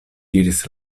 diris